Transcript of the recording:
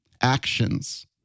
actions